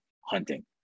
hunting